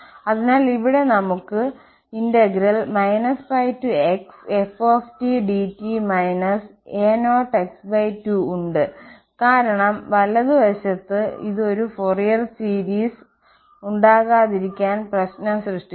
അതിനാൽ ഇവിടെ നമ്മൾക്ക് πxf dt a0x2ഉണ്ട് കാരണം വലതുവശത്ത് ഇത് ഒരു ഫൊറിയർ സീരീസ് ഉണ്ടാകാതിരിക്കാൻ പ്രശ്നം സൃഷ്ടിച്ചു